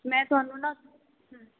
ਮੈਂ ਤੁਹਾਨੂੰ ਨਾ